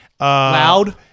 loud